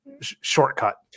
shortcut